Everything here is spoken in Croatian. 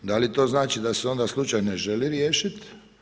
Da li to znači da se onda slučaj ne želi riješit?